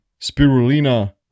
spirulina